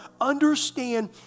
Understand